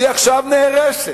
היא עכשיו נהרסת.